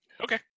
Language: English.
Okay